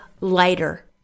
lighter